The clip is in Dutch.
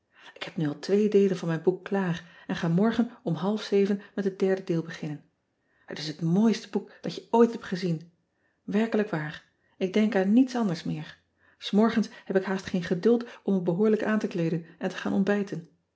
k heb nu al twee deelen van mijn boek klaar en ga morgen om half zeven met het derde deel beginnen et is het mooiste boek dat je ooit hebt gezien erkelijk waar k denk aan niets anders meer s orgens heb ik haast geen geduld om me behoorlijk aan te kleeden en te gaan ontbijten